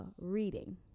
reading